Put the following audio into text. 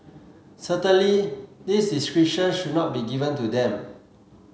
certainly this discretion should not be given to them